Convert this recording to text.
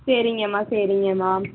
சரிங்கமா சரிங்கமா